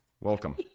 welcome